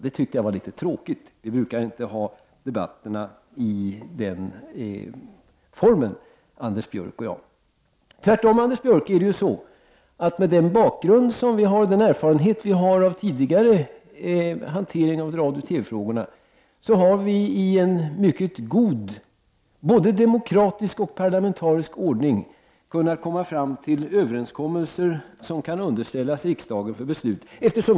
Det tyckte jag var litet tråkigt. Vi brukar inte föra debatterna i den formen, Anders Björck och jag. Tvärtom har vi, Anders Björck, i en mycket god både demokratisk och parlamentarisk ordning kunnat komma fram till överenskommelser som kan underställas riksdagen för beslut.